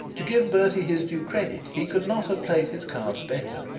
to give bertie his due credit, he could not have played his cards better.